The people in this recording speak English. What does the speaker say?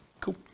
Cool